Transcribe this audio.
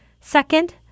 Second